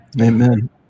Amen